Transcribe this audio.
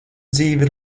dzīve